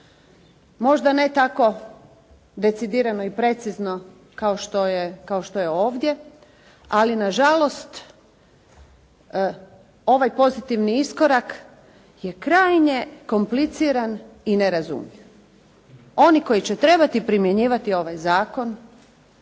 Možda ne tako decidirano i precizno kao što je ovdje, ali na žalost ovaj pozitivni iskorak je krajnje kompliciran i nerazumljiv. Oni koji će trebati primjenjivati ovaj zakon